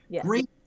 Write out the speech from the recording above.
great